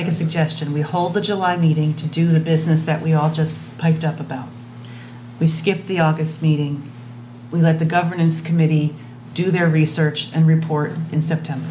make a suggestion we hold the july meeting to do the business that we all just piped up about we skip the august meeting let the governance committee do their research and report in september